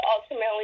ultimately